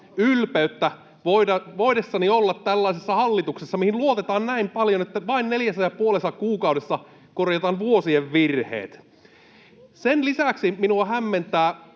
ylpeyttä voidessani olla tällaisessa hallituksessa, mihin luotetaan näin paljon, että vain neljässä ja puolessa kuukaudessa korjataan vuosien virheet. Sen lisäksi minua hämmentää...